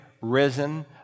risen